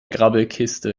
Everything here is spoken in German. grabbelkiste